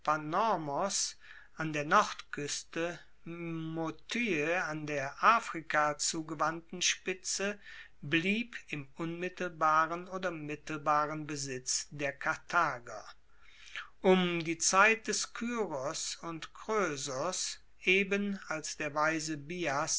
an der nordkueste motye an der afrika zugewandten spitze blieb im unmittelbaren oder mittelbaren besitz der karthager um die zeit des kyros und kroesos eben als der weise bias